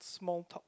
small talk